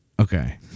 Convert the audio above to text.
okay